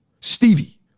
Stevie